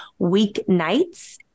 weeknights